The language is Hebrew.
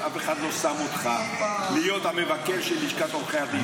אף אחד לא שם אותך להיות המבקר של לשכת עורכי הדין.